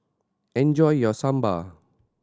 enjoy your Sambar